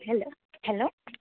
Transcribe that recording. hello hello